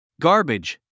Garbage